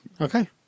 Okay